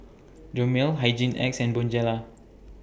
Dermale Hygin X and Bonjela